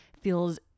feels